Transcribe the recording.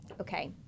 Okay